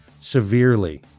severely